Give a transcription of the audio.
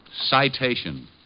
Citation